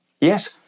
Yes